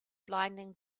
blinding